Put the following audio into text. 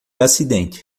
acidente